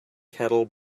kettle